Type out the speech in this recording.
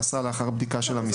נעשה לאחר בדיקה של המשרד.